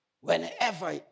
whenever